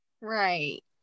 Right